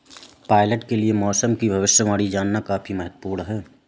pilot के लिए मौसम की भविष्यवाणी जानना काफी महत्त्वपूर्ण है